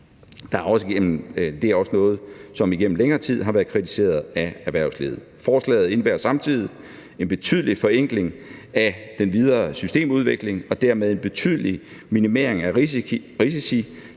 Det er også noget, som igennem længere tid har været kritiseret af erhvervslivet. Forslaget indebærer samtidig en betydelig forenkling af den videre systemudvikling og dermed en betydelig minimering af risici,